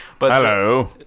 Hello